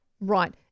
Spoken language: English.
Right